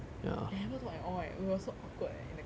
and never talk at all eh we were so awkward eh in the class